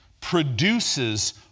produces